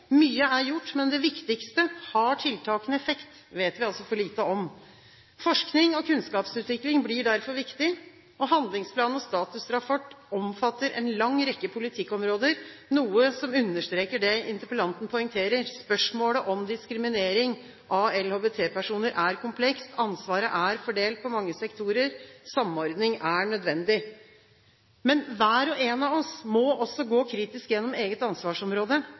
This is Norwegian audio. Mye er gjort, men det viktigste – om tiltakene har effekt – vet vi altså for lite om. Forskning og kunnskapsutvikling blir derfor viktig. Handlingsplan og statusrapport omfatter en lang rekke politikkområder, noe som understreker det interpellanten poengterer. Spørsmålet om diskriminering av LHBT-personer er komplekst. Ansvaret er fordelt på mange sektorer. Samordning er nødvendig. Hver og en av oss må også gå kritisk gjennom eget ansvarsområde